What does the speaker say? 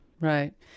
Right